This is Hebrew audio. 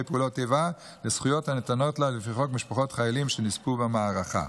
פעולות איבה לזכויות הניתנות לה לפי חוק משפחות חיילים שנספו במערכה.